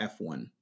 F1